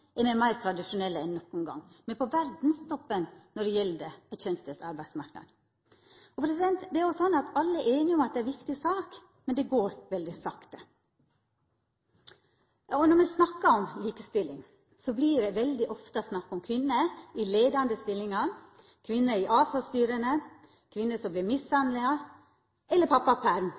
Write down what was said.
er me meir tradisjonelle enn nokon gong. Me er på verdstoppen når det gjeld ein kjønnsdelt arbeidsmarknad. Alle er einige om at det er ei viktig sak, men det går veldig sakte. Når me snakkar om likestilling, vert det ofte snakk om kvinner i leiande stillingar, kvinner i ASA-styra, kvinner som vert mishandla, pappaperm eller